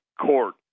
court